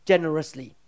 Generously